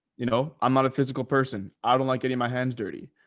you know, i'm not a physical person. i don't like getting my hands dirty,